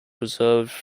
reserved